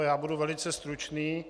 Já budu velice stručný.